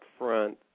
upfront